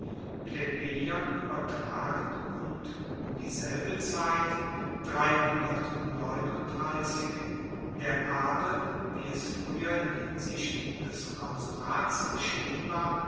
plebejern uebertragen und um dieselbe zeit der adel wie es frueher in hinsicht des konsulats geschehen war